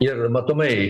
ir matomai